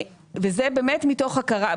זה באמת מתוך הכרה.